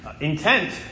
intent